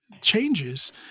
changes